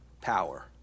power